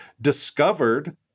discovered